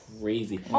crazy